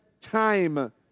time